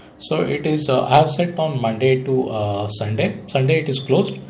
so it is so asset on monday to sunday sunday. it is closed.